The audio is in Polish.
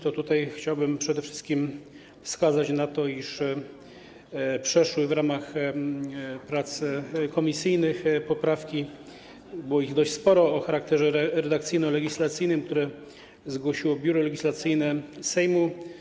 Tutaj chciałbym przede wszystkim wskazać na to, iż w ramach prac komisyjnych przeszły poprawki - było ich dość sporo - o charakterze redakcyjno-legislacyjnym, które zgłosiło Biuro Legislacyjne Sejmu.